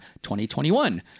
2021